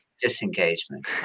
disengagement